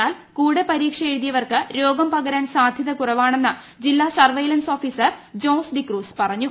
എന്നാൽ കൂടെ പരീക്ഷ എഴുതിയവർക്ക് രോഗം പകരാൻ സാധ്യത കുറവാണെന്ന് ജില്ലാ സർവെയ്ലൻസ് ഓഫീസർ ജോസ് ഡിക്രൂസ് പറഞ്ഞു